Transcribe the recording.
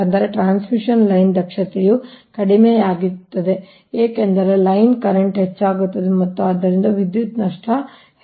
ಅಂದರೆ transmission line ದಕ್ಷತೆಯು ಕಡಿಮೆ ಯಾಗಿರುತ್ತದೆ ಏಕೆಂದರೆ ಲೈನ್ ಕರೆಂಟ್ ಹೆಚ್ಚಾಗುತ್ತದೆ ಮತ್ತು ಆದ್ದರಿಂದ ವಿದ್ಯುತ್ ನಷ್ಟ ಹೆಚ್ಚಾಗುತ್ತದೆ